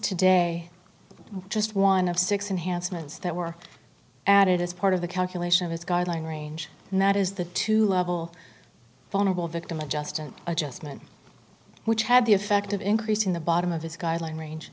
today just one of six in hansen's that were added as part of the calculation of his guideline range and that is the two level vulnerable victim adjustment adjustment which had the effect of increasing the bottom of his guideline range